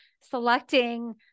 selecting